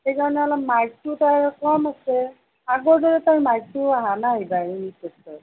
সেইকাৰণে অলপ মাৰ্ক্সো তাইৰ কম আহিছে আগৰ দৰে তাইৰ মাৰ্ক্স অহা নাই এইবাৰ ইউনিট টেষ্টৰ